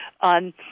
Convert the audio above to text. on